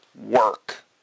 work